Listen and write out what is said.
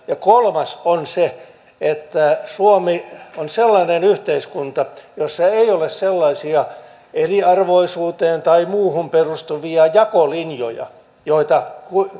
ja kolmas on se että suomi on sellainen yhteiskunta jossa ei ole sellaisia eriarvoisuuteen tai muuhun perustuvia jakolinjoja joita